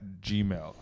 gmail